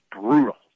brutal